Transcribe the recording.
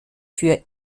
für